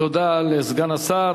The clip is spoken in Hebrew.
תודה לסגן השר.